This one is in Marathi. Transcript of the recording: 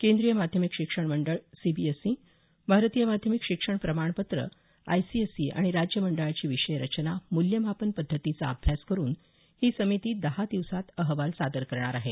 केंद्रीय माध्यमिक शिक्षण मंडळ सीबीएससी भारतीय माध्यमिक शिक्षण प्रमाणपत्र आयसीएसई आणि राज्य मंडळाची विषय रचना मूल्यमापन पद्धतीचा अभ्यास करुन ही समिती दहा दिवसात अहवाल सादर करणार आहे